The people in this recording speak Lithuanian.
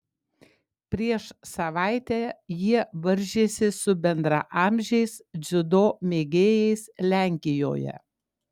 prieš savaitę jie varžėsi su bendraamžiais dziudo mėgėjais lenkijoje